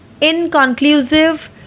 inconclusive